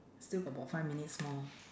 still got about five minutes more